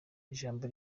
ijambo